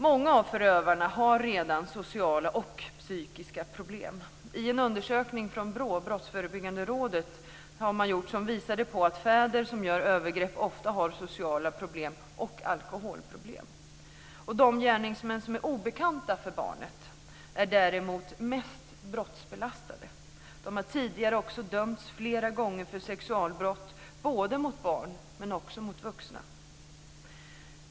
Många av förövarna har redan sociala och psykiska problem. En undersökning från BRÅ, Brottsförebyggande rådet, visar på att fäder som begår övergrepp ofta har sociala problem och alkoholproblem. De gärningsmän som är obekanta för barnet är mest brottsbelastade. De har tidigare också dömts flera gånger för sexualbrott mot barn men också mot vuxna.